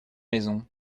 maisons